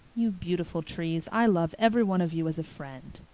you beautiful trees! i love every one of you as a friend.